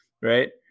right